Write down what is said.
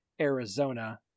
Arizona